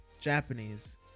japanese